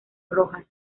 rojas